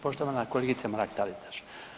Poštovana kolegice Mrak-Taritaš.